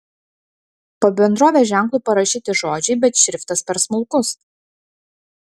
po bendrovės ženklu parašyti žodžiai bet šriftas per smulkus